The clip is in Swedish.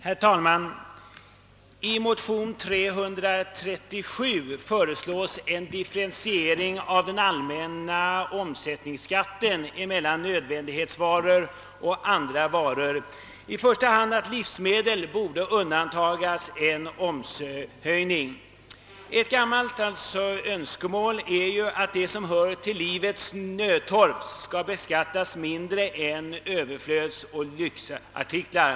Herr talman! I motion II: 737 före slås en differentiering av den allmänna omsättningsskatten mellan nödvändighetsvaror och andra varor så att i första hand livsmedel undandras en omshöjning. Ett gammalt önskemål är ju att det som hör till livets nödtorft skall beskattas mindre än Ööverflödsoch lyxartiklar.